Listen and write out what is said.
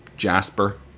Jasper